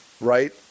right